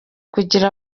kugira